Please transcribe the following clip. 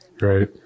Right